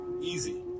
easy